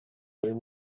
uyu